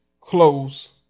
close